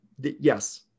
Yes